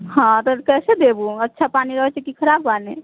हँ तऽ कैसे देबहू अच्छा पानि रहैत छै कि खराब पानि